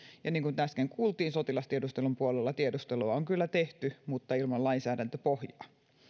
niin kuin täällä äsken kuultiin sotilastiedustelun puolella tiedustelua on kyllä tehty mutta ilman lainsäädäntöpohjaa